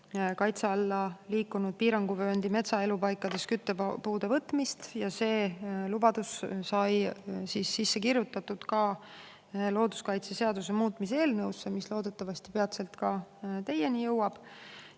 kaitse alla liikunud piiranguvööndi metsaelupaikades küttepuude võtmist ja see lubadus sai sisse kirjutatud ka looduskaitseseaduse muutmise eelnõusse, mis loodetavasti peatselt teieni jõuab.